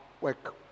work